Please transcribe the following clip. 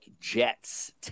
Jets